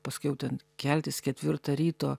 paskiau ten keltis ketvirtą ryto